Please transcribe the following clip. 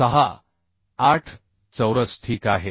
3968 चौरस ठीक आहे